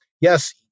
yes